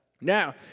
Now